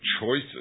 Choices